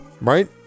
right